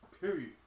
period